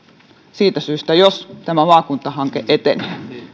siitä syystä jos tämä maakuntahanke etenee